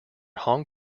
hong